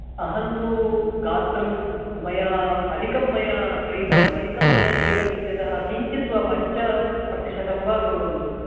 अहं तु गात्रं मया अधिकं मया क्रीतं अधिकं मया क्रीतं इत्यतः किञ्चिद्वा पञ्च प्रतिशतं वा कुर्वन्तु